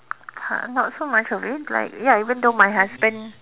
car not so much of it like ya even though my husband